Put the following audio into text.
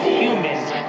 humans